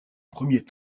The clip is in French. premier